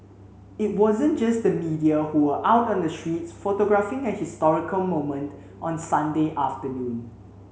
it wasn't just the media who were out on the streets photographing a historical moment on Sunday afternoon